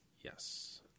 yes